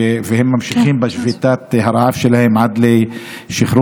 הם ממשיכים בשביתת הרעב שלהם עד לשחרור.